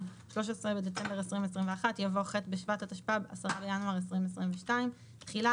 (13 בדצמבר 2021)" יבוא "ח' בשבט התשפ"ב (10 בינואר 2022)". תחילה